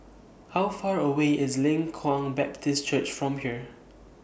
How Far away IS Leng Kwang Baptist Church from here